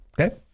Okay